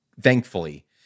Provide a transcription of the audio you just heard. thankfully